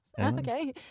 Okay